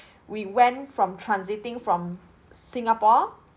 we went from transiting from singapore